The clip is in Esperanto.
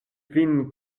vin